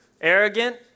arrogant